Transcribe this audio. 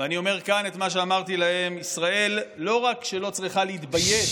ואני אומר כאן את מה שאמרתי להם: ישראל לא רק שלא צריכה להתבייש,